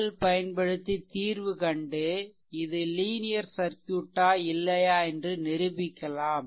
KVL பயன்படுத்தி தீர்வு கண்டு இது லீனியர் சர்க்யூட்டா இல்லையா என்று நிரூபிக்கலாம்